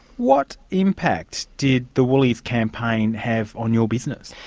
what impact did the woolies campaign have on your business?